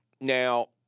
Now